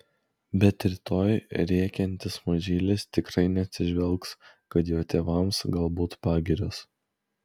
bet rytoj rėkiantis mažylis tikrai neatsižvelgs kad jo tėvams galbūt pagirios